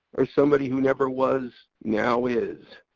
or somebody who never was now is.